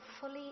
fully